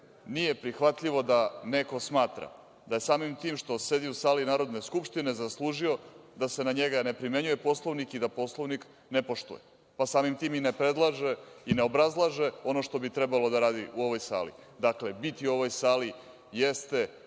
nije prihvatljivo da neko smatra da je samim tim što sedi u sali Narodne skupštine zaslužio da se na njega ne primenjuje Poslovnik i da Poslovnik ne poštuje, pa samim tim i ne predlaže i ne obrazlaže ono što bi trebalo da radi u ovoj sali. Dakle, biti u ovoj sali jeste